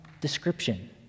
description